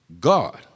God